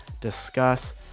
discuss